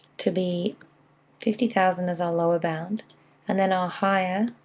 to be fifty thousand as our lower bound and then our higher,